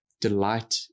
delight